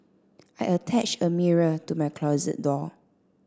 I attached a mirror to my closet door